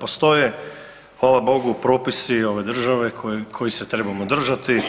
Postoje, hvala Bogu propisi ove države kojih se trebamo držati